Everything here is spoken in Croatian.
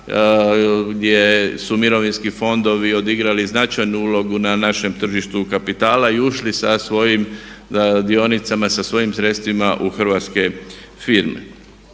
gdje su mirovinski fondovi odigrali značajnu ulogu na našem tržištu kapitala i ušli sa svojim dionicama, sa svojim sredstvima u hrvatske firme.